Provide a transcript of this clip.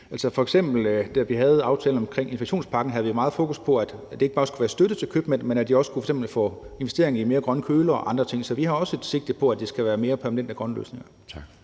Da vi f.eks. lavede aftalen omkring inflationspakken, havde vi meget fokus på, at det ikke bare skulle være støtte til købmænd, men at de også f.eks. kunne få støtte til investeringer i mere grønne kølere og andre ting. Så den havde også sigte på, at det skulle være mere permanente grønne løsninger. Kl.